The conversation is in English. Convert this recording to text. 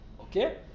Okay